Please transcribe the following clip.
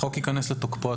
החוק ייכנס לתוקפו,